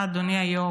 אדוני היושב-ראש,